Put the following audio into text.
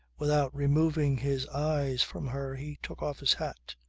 without removing his eyes from her he took off his hat.